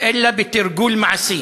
אלא בתרגול מעשי